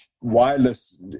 wireless